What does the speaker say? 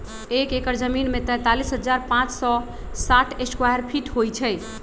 एक एकड़ जमीन में तैंतालीस हजार पांच सौ साठ स्क्वायर फीट होई छई